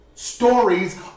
stories